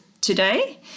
today